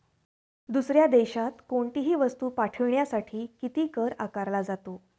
दुसऱ्या देशात कोणीतही वस्तू पाठविण्यासाठी किती कर आकारला जातो?